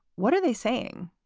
what are they saying?